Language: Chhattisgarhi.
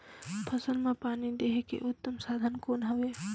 फसल मां पानी देहे के उत्तम साधन कौन हवे?